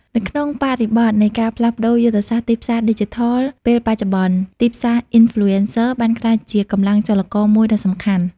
នៅក្នុងបរិបទនៃការផ្លាស់ប្ដូរយុទ្ធសាស្ត្រទីផ្សារឌីជីថលនាពេលបច្ចុប្បន្ន ទីផ្សារ Influencer បានក្លាយជាកម្លាំងចលករមួយដ៏សំខាន់។